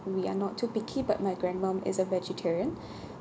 we are not too picky but my grandmum is a vegetarian